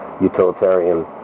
utilitarian